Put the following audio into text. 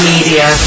Media